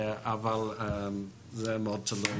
אבל זה מאוד תלוי.